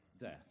death